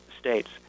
states